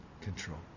control